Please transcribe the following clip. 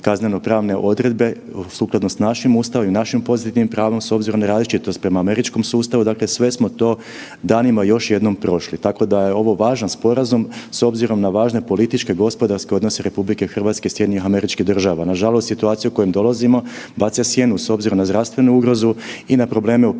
kazneno-pravne odredbe sukladno s našim Ustavom i pozitivnim pravom s obzirom na različitost prema američkom sustavu. Dakle, sve smo to danima još jednom prošli. Tako da je ovaj važan sporazum s obzirom na važne političke, gospodarske odnose RH i SAD-a. Nažalost situacija u kojoj dolazimo baca sjenu s obzirom na zdravstvenu ugrozu i na probleme u